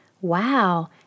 Wow